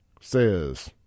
says